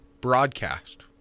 broadcast